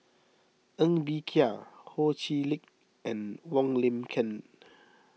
Ng Bee Kia Ho Chee Lick and Wong Lin Ken